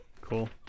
Cool